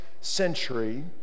century